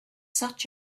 such